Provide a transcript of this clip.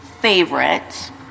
favorite